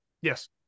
Yes